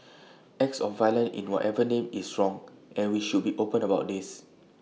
acts of violence in whatever name is wrong and we should be open about this